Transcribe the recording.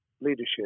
leadership